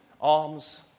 alms